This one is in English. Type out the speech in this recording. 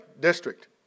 district